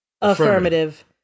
Affirmative